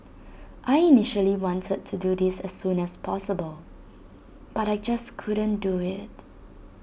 I initially wanted to do this as soon as possible but I just couldn't do IT